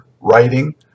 writing